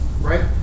Right